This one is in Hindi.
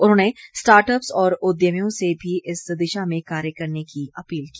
उन्होंने स्टार्टअप्स और उद्यमियों से भी इस दिशा में कार्य करने की अपील की